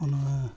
ᱚᱱᱟ